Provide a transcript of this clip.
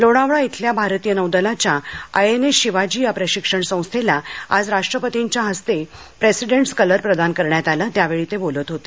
लोणावळा इथल्या भारतीय नौदलाच्या आयएनएस शिवाजी या प्रशिक्षण संस्थेला आज राष्ट्रपतींच्या हस्ते प्रेसिडेंटस कलर प्रदान करण्यात आलात्यावेळी ते बोलत होते